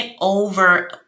over